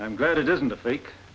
i'm glad it isn't a fake